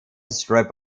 strip